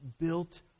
built